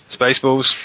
Spaceballs